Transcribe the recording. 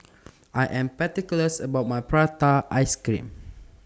I Am particulars about My Prata Ice Cream